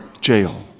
jail